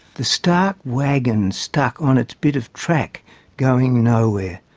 the stark wagon stuck on its bit of track going nowhere,